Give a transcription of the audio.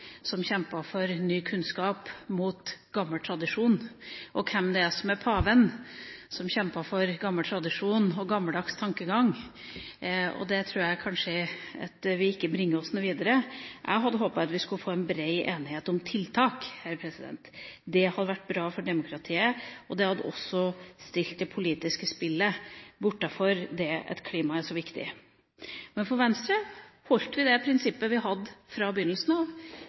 som kjempet for ny kunnskap mot gammel tradisjon, og hvem det er som er paven, som kjempet for gammel tradisjon og gammeldags tankegang. Det tror jeg kanskje ikke vil bringe oss noe videre. Jeg hadde håpet at vi skulle få til en brei enighet om tiltak her. Det hadde vært bra for demokratiet, og i en så viktig sak som klima hadde man også stilt det politiske spillet utenfor. Men Venstre har holdt det prinsippet vi har hatt fra begynnelsen av;